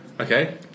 Okay